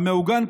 המעוגן,